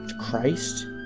Christ